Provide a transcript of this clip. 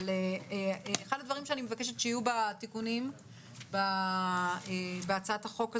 אבל אחד הדברים שאני מבקשת שיהיו בתיקונים בהצעת החוק הזו,